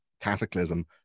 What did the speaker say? cataclysm